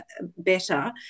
better